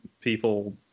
people